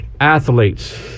athletes